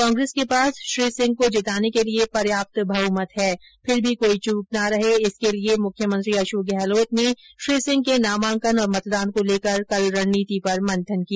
कांग्रेस के पास श्री सिंह को जिताने के लिये पर्याप्त बहमत है फिर भी कोई चूक ना रहे इसके लिये मुख्यमंत्री अशोक गहलोत ने श्री सिंह के नामांकन और मतदान को लेकर कल रणनीति पर मंथन किया